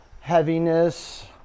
heaviness